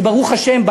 וברוך השם,